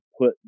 put